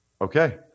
Okay